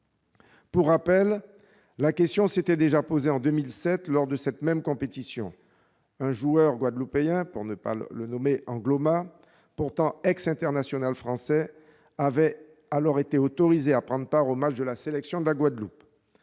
Pour rappel, la question s'était déjà posée en 2007 lors de cette même compétition. Un joueur guadeloupéen, Jocelyn Angloma, pourtant ex-international français, avait alors été autorisé à prendre part aux matchs de la sélection de la Guadeloupe.